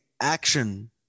action